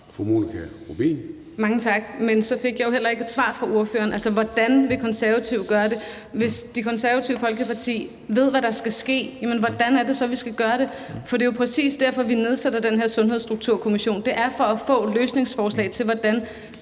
Mange tak. Jeg fik jo heller ikke et svar fra ordføreren. Altså, hvordan vil Konservative gøre det? Hvis Det Konservative Folkeparti ved, hvad der skal ske, jamen hvordan skal vi så gøre det? For det er jo præcis derfor, vi nedsætter den her Sundhedsstrukturkommission. Det er for at få løsningsforslag til, hvordan